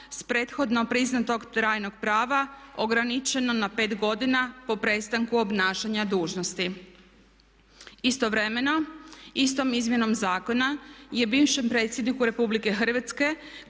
s prethodno priznatog trajnog prava ograničeno na pet godina po prestanka obnašanja dužnosti. Istovremeno, istom izmjenom zakona je bivšem predsjedniku Republike Hrvatske